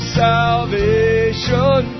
salvation